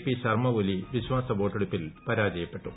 P Sharma Oli വിശ്വാസവോട്ടെടുപ്പിൽ പരാജയപ്പെട്ടു